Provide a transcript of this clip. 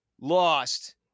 lost